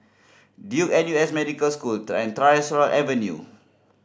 Duke N U S Medical School Tyersall Avenue